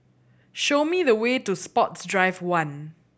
show me the way to Sports Drive One